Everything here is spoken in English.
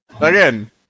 again